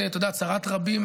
אתה יודע, צרת רבים,